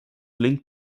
link